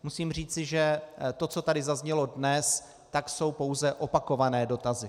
Musím říci, že to, co tady zaznělo dnes, jsou pouze opakované dotazy.